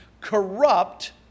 corrupt